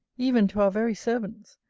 even to our very servants,